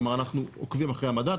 כלומר אנחנו עוקבים אחרי המדד,